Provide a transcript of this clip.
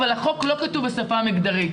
אבל החוק לא כתוב בשפה מגדרית.